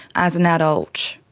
as an adult,